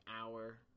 hour